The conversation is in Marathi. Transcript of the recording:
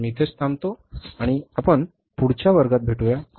आज मी इथेच थांबलो आणि आपण पुढच्या वर्गात भेटूया